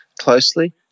closely